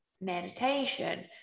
meditation